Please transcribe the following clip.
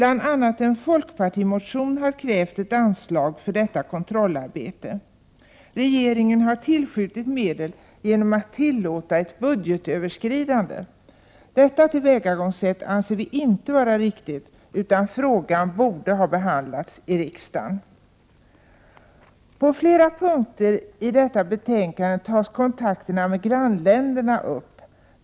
Vi har i en folkpartimotion bl.a. krävt anslag för detta kontrollarbete. Regeringen har tillskjutit medel genom att tillåta ett budgetöverskridande. Detta tillvägagångssätt anser vi inte vara riktigt, utan frågan borde ha behandlats i riksdagen. Man tar i detta betänkande på flera punkter upp kontakterna med grannländerna.